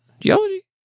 Geology